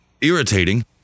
irritating